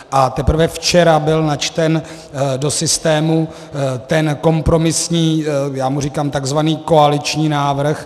A teprve včera byl načten do systému ten kompromisní já mu říkám takzvaný koaliční návrh.